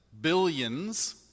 billions